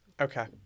Okay